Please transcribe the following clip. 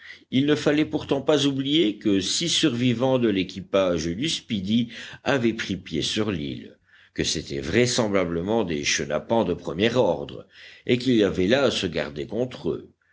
il ne fallait pourtant pas oublier que six survivants de l'équipage du speedy avaient pris pied sur l'île que c'étaient vraisemblablement des chenapans de premier ordre et qu'il y avait à se garder contre eux